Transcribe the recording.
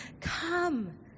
come